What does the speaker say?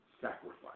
sacrifice